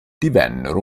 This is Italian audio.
divennero